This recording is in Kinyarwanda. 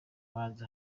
manza